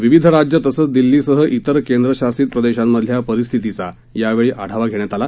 विविध राज्य तसेच दिल्लीसह त्रेर केंद्रशासित प्रदेशांमधल्या परिस्थितीचा यावेळी आढावा घेण्यात आला